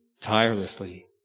tirelessly